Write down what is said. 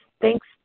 thanks